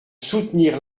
soutenir